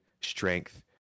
strength